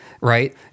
right